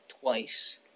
twice